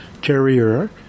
Carrier